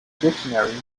dictionary